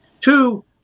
Two